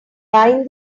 bind